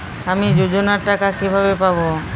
আমি যোজনার টাকা কিভাবে পাবো?